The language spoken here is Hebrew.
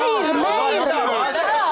לא, לא.